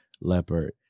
leopard